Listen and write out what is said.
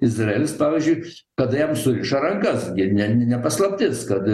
izraelis pavyzdžiui kada jam surišo rankas gi ne ne paslaptis kad